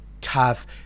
tough